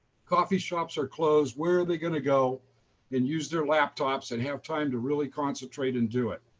coffee shops are closed. where are they going to go and use their laptops and have time to really concentrate and do it?